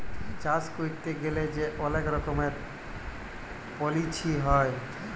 চাষ ক্যইরতে গ্যালে যে অলেক রকমের পলিছি হ্যয়